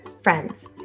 Friends